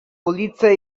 ulice